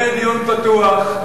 זה דיון פתוח.